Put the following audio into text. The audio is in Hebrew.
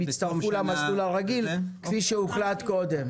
יצטרפו למסלול הרגיל כפי שהוחלט קודם.